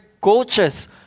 coaches